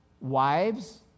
wives